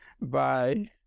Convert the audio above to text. bye